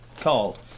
called